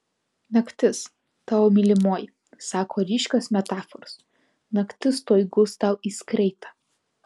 naktis tavo mylimoji sako ryškios metaforos naktis tuoj guls tau į skreitą